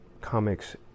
comics